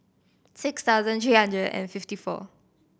six thousand three hundred and fifty four